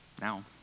now